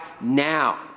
now